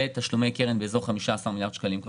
ותשלומי הקרן נעים באזור ה-15 מיליארד שקלים.